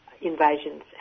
invasions